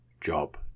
job